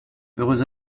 heureuse